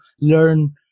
learn